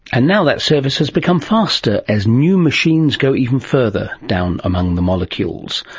and now that service has become faster as new machines go even further down among the molecules.